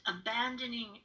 abandoning